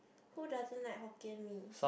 who doesn't like hokkien mee